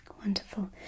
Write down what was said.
Wonderful